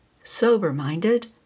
sober-minded